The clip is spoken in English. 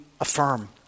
affirm